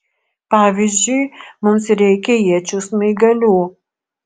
pavyzdžiui mums reikia iečių smaigalių